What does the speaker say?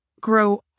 grow